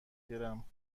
گیرم